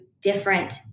different